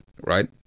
Right